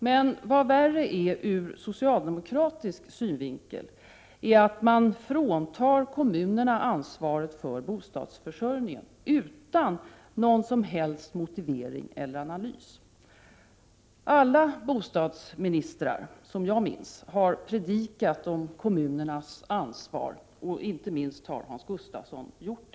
Men vad värre är ur socialdemokratisk synvinkel är att man — utan någon som helst motivering eller analys — fråntar kommunerna ansvaret för bostadsförsörjningen. Alla bostadsministrar som jag minns har predikat om kommunernas ansvar — detta har inte minst Hans Gustafsson gjort.